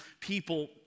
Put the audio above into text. people